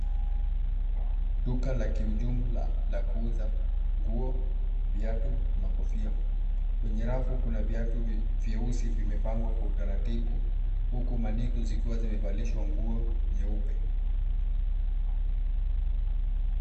Duka la kiujumla la kuuza nguo, viatu na kofia. Kwenye rafu kuna viatu vyeusi vimepangwa kwa utaratibu huku maaniko zikiwa zimevalishwa nguo nyeupe.